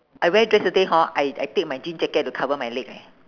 I wear dress that day hor I I take my jean jacket to cover my leg leh